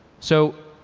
so